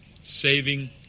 saving